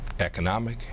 economic